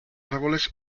árboles